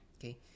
okay